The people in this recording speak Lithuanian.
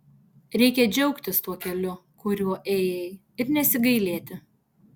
reikia džiaugtis tuo keliu kuriuo ėjai ir nesigailėti